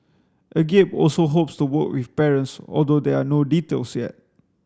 agape also hopes to work with parents although there are no details yet